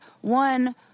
One